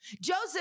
Joseph